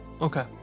Okay